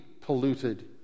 polluted